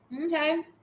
Okay